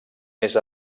més